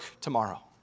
tomorrow